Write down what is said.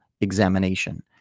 examination